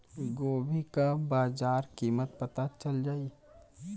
गोभी का बाजार कीमत पता चल जाई?